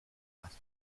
pasta